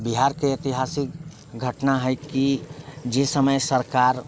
बिहारके ऐतिहासिक घटना हय की जे समय सरकार